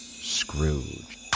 Scrooge